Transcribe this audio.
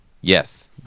yes